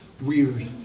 weird